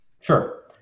Sure